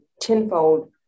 tenfold